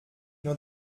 nur